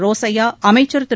ரோசையா அமைச்சர் திரு